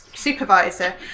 supervisor